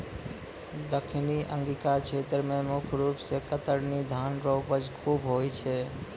दक्खिनी अंगिका क्षेत्र मे मुख रूप से कतरनी धान रो उपज खूब होय छै